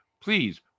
Please